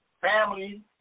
family